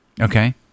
Okay